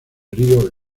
río